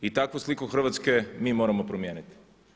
I takvu sliku Hrvatske mi moramo promijeniti.